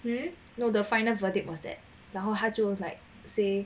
you know the final verdict was that 然后他就 like say